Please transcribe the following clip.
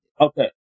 Okay